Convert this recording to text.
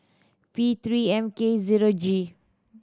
P Three M K zero G